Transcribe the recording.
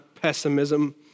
pessimism